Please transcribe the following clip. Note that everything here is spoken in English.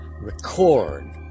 Record